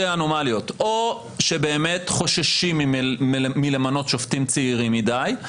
אנומליות: או שבאמת חוששים מלמנות שופטים צעירים מדי,